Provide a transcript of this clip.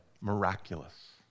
miraculous